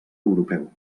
europeu